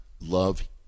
love